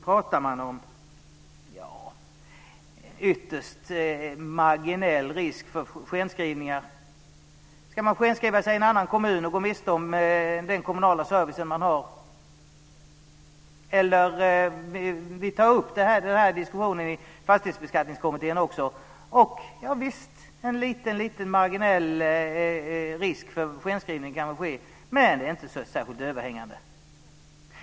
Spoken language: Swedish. Det finns en ytterst marginell risk för skenskrivningar. Ska man skenskriva sig i en annan kommun och gå miste om den kommunala service som man har? Vi tar upp denna diskussion även i Fastighetsbeskattningskommittén. Det finns en liten och marginell risk för skenskrivning, men den är inte särskilt överhängande.